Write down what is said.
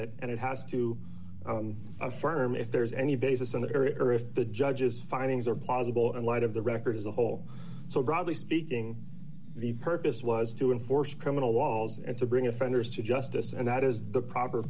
it and it has to affirm if there's any basis in that area or if the judge's findings are possible and why of the record as a whole so broadly speaking the purpose was to enforce criminal walls and to bring offenders to justice and that is the proper